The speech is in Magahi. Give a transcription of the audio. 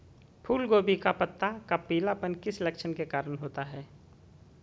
फूलगोभी का पत्ता का पीलापन किस लक्षण के कारण होता है?